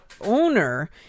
owner